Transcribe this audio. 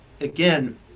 again